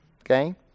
Okay